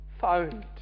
found